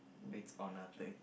it's on a plate